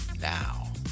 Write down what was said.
Now